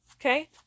Okay